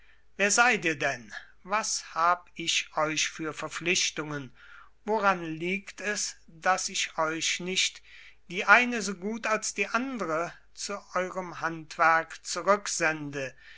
wer seid ihr denn was hab ich euch für verpflichtungen woran liegt es daß ich euch nicht die eine so gut als die andre zu eurem handwerk